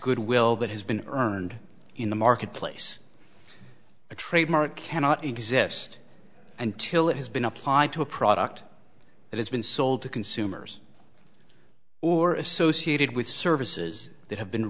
goodwill that has been earned in the marketplace a trademark cannot exist until it has been applied to a product that has been sold to consumers or associated with services that have been